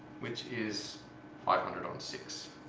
which is five hundred on six.